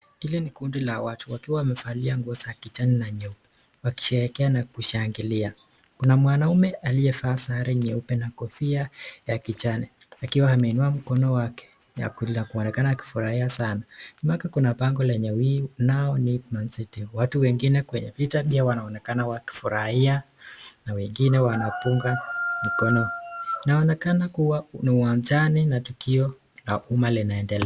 Hili ni kundi la watu wakiwa wamevalia nguo za kijani na nyeupe, wakisherehekea na kushangilia. Kuna mwanamume aliyevaa sare nyeupe na kofia ya kijani akiwa ameinua mkono wake ya kulia kuonekana akifurahia sana. Nyuma yake kuna bango lenye We are the no-need Man City. Watu wengine kwenye picha pia wanaonekana wakifurahia na wengine wanapunga mikono. Inaonekana kuwa ni uwanjani na tukio la uma linaendelea.